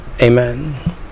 Amen